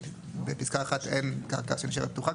בפסקה 1 אין קרקע שהיא נשארת פתוחה,